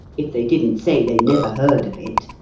if they didn't say they never heard of it.